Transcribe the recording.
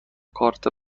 کارت